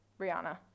Rihanna